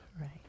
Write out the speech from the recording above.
Right